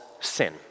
sin